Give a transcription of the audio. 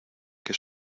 que